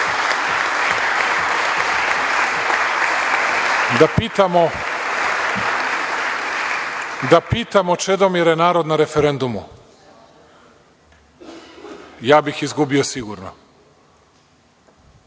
pitamo, Čedomire, narod na referendumu, ja bih izgubio sigurno. Šta